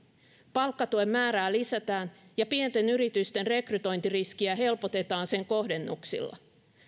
palkkatuen määrää lisätään ja pienten yritysten rekrytointiriskiä helpotetaan sen kohdennuksilla